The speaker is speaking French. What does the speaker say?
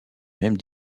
mêmes